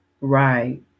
Right